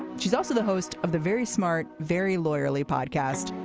she's also the host of the very smart, very lawyerly podcast,